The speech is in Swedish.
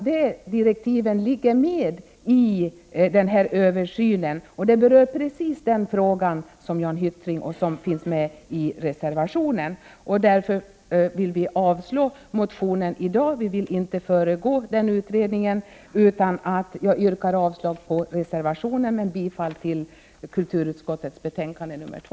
De direktiven finns med i denna översyn och berör precis den fråga som Jan Hyttring var inne på och som tas upp i reservationen. Därför vill vi avstyrka motionen i dag. Vi vill inte föregripa utredningen. Jag yrkar avslag på reservationen, men bifall till kulturutskottets hemställan i betänkande nr 2.